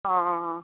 অঁ